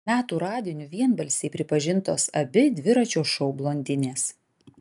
metų radiniu vienbalsiai pripažintos abi dviračio šou blondinės